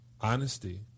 honesty